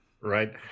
right